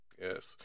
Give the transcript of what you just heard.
Yes